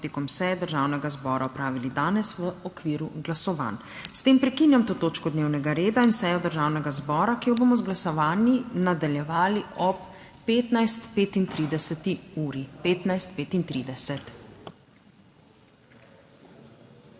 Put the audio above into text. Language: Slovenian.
potekom seje Državnega zbora opravili danes v okviru glasovanj. S tem prekinjam to točko dnevnega reda in sejo Državnega zbora, ki jo bomo z glasovanji nadaljevali ob 15.35. (Seja